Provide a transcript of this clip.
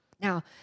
Now